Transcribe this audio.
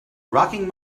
rocking